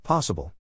Possible